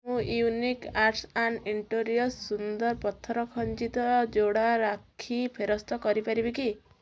ମୁଁ unique arts and interiors ସୁନ୍ଦର ପଥର ଖଁଜିତ ଯୋଡ଼ା ରାକ୍ଷୀକୁ ଫେରସ୍ତ କରି ପାରିବି କି